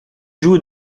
joues